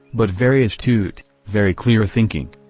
but very astute, very clear thinking.